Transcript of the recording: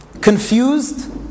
confused